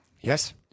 Yes